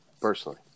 personally